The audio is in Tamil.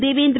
தேவேந்திர